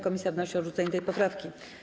Komisja wnosi o odrzucenie tej poprawki.